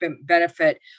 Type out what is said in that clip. benefit